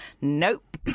nope